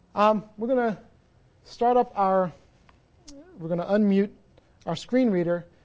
um we're gonna startup our we're gonna un-mute our screen reader,